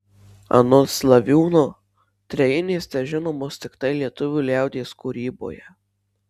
anot slaviūno trejinės težinomos tiktai lietuvių liaudies kūryboje